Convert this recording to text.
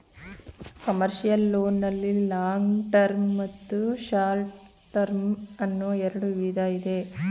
commercial loan ನಲ್ಲಿ long term ಮತ್ತು short term ಅನ್ನೋ ಎರಡು ವಿಧ ಇದೆ